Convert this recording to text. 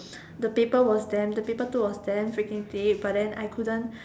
the paper was damn the paper two was damn freaking thick but then I couldn't